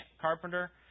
carpenter